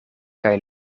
kaj